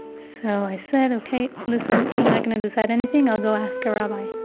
so i said, ok, listen, i'm not gonna decide anything, i'll go ask a rabbi.